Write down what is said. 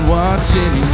watching